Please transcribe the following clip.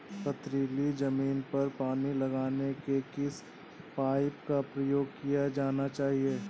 पथरीली ज़मीन पर पानी लगाने के किस पाइप का प्रयोग किया जाना चाहिए?